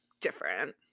different